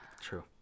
True